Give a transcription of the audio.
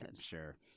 Sure